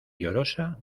llorosa